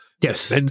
Yes